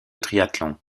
triathlon